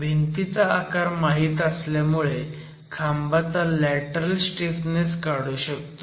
भिंतींचा आकार माहीत असल्यामुळे खांबाचा लॅटरल स्टीफनेस काढू शकतो